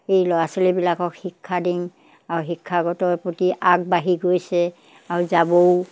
এই ল'ৰা ছোৱালীবিলাকক শিক্ষা দিওঁ আৰু শিক্ষাগতৰ প্ৰতি আগবাঢ়ি গৈছে আৰু যাবও